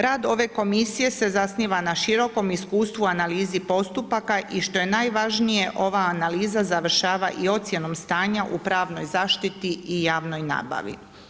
Rad ove komisije se zasniva na širokom iskustvu analizi postupaka i što je najvažnije, ova analiza završava i ocjenom stanja u pravnoj zaštiti i javnoj nabavi.